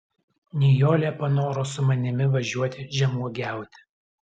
nijolė panoro su manimi važiuoti žemuogiauti